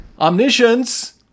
Omniscience